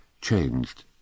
changed